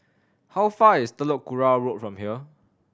how far is Telok Kurau Road from here